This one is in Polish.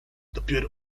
dopiero